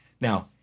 Now